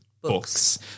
Books